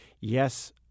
yes